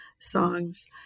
songs